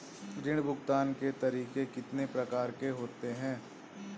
ऋण भुगतान के तरीके कितनी प्रकार के होते हैं?